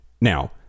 Now